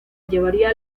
llevaría